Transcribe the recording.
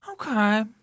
Okay